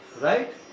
Right